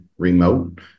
remote